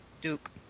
Duke